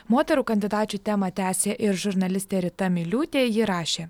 moterų kandidačių temą tęsė ir žurnalistė rita miliūtė ji rašė